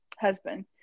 husband